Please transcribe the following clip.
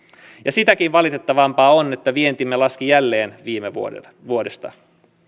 sitäkin valitettavampaa on että vientimme laski jälleen viime vuodesta